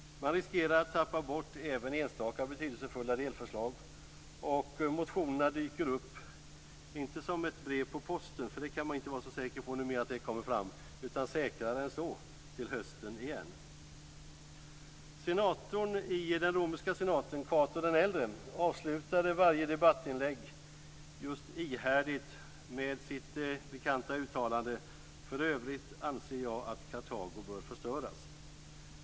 Man riskerar att tappa bort även enstaka betydelsefulla delförslag. Motionerna dyker upp, inte som ett brev på posten - numera kan man inte vara så säker på att det kommer fram - utan säkrare än så, till hösten igen. Senatorn i den romerska senaten Cato d.ä. avslutade varje debattinlägg just ihärdigt med sitt bekanta uttalande: För övrigt anser jag att Kartago bör förstöras.